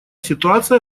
ситуация